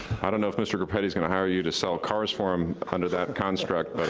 i don't know if mr. groppetti is going to hire you to sell cars for him under that construct,